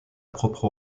propre